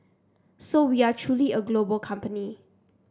so we are truly a global company